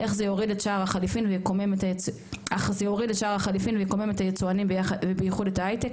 אך זה יוריד את שער החליפין ויקומם את היצואנים ובייחוד את ההיי-טק,